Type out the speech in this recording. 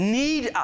need